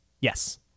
Yes